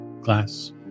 glass